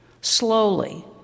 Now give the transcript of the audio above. Slowly